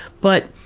but,